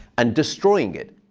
and destroying it.